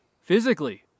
physically